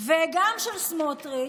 וגם של סמוטריץ',